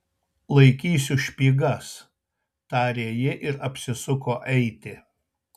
laikysiu špygas tarė ji ir apsisuko eiti